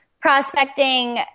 Prospecting